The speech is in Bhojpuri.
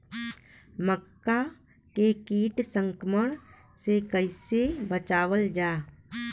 मक्का के कीट संक्रमण से कइसे बचावल जा?